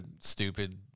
stupid